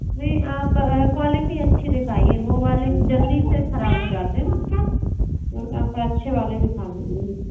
नहीं आप क्वालिटी अच्छी दिखाइए वो वाले जल्दी से खराब हो जाते हैं न तो आप अच्छे वाले दिखा दीजिए मेरे को